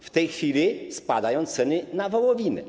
W tej chwili spadają ceny wołowiny.